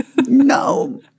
no